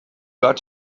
got